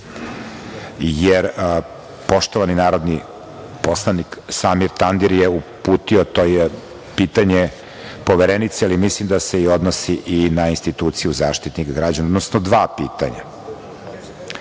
jer poštovani narodni poslanik Samir Tandir je uputio, a to je pitanje poverenice, ali mislim da se odnosi na instituciju Zaštitnika građana, odnosno dva pitanja,